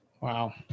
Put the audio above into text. Wow